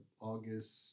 August